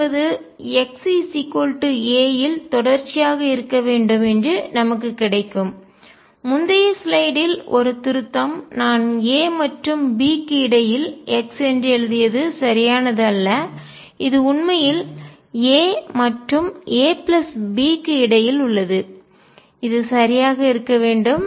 என்பது X a இல் தொடர்ச்சியாக இருக்க வேண்டும் என்று நமக்கு கிடைக்கும் முந்தைய ஸ்லைடில் ஒரு திருத்தம் நான் a மற்றும் b க்கு இடையில் x என்று எழுதியது சரியானது அல்ல இது உண்மையில் a மற்றும் a b க்கு இடையில் உள்ளது இது சரியாக இருக்க வேண்டும்